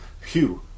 Phew